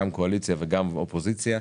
גם קואליציה וגם אופוזיציה.